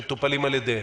שמטופלים על ידיהם?